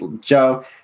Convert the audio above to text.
Joe